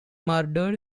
murdered